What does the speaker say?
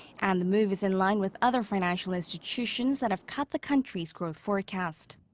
and the move is in line with other financial institutions that have cut the country's growth forecast.